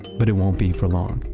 but it won't be for long.